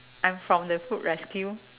I'm from the food rescue